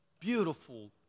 beautiful